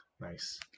nice